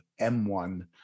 M1